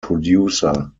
producer